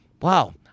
Wow